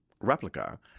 replica